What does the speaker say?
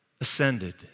ascended